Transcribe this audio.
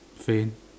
same